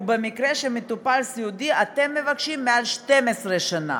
ובמקרה של מטופל סיעודי אתם מבקשים מעל 12 שנה.